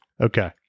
Okay